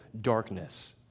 darkness